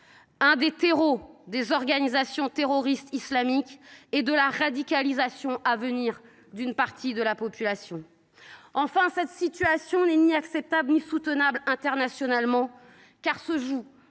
l’un des terreaux des organisations terroristes islamiques et de la radicalisation à venir d’une partie de la population. Enfin, cette situation n’est ni acceptable ni soutenable pour la communauté